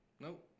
Nope